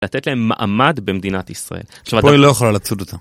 לתת להם מעמד במדינת ישראל. פה היא לא יכולה לצוד אותם.